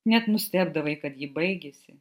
net nustebdavai kad ji baigėsi